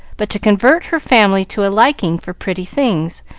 but to convert her family to a liking for pretty things,